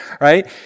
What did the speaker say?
right